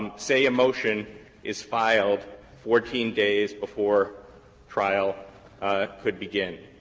say a motion is filed fourteen days before trial could begin,